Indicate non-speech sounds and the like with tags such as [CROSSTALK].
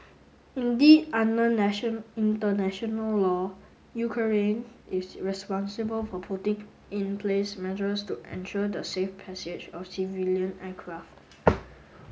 indeed under nation international law Ukraine is responsible for putting in place measures to ensure the safe passage of civilian aircraft [NOISE]